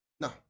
no